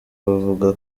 bavuga